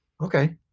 Okay